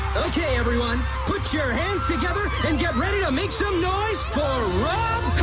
okay, everyone put your hands together and get ready to make some for wrong